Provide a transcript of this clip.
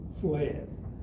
fled